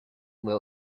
will